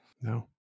No